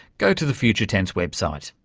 go to the future tense website.